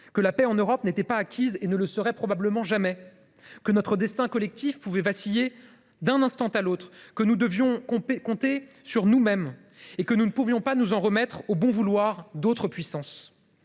que la paix en Europe n’était pas acquise et ne le serait probablement jamais, que notre destin collectif pouvait vaciller d’un instant à l’autre, que nous devions compter sur nous mêmes et que nous ne pouvions nous en remettre au bon vouloir d’autres puissances.